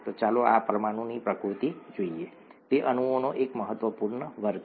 ચાલો આ પરમાણુની પ્રકૃતિ જોઈએ તે અણુઓનો એક મહત્વપૂર્ણ વર્ગ છે